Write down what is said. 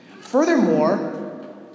Furthermore